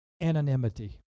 anonymity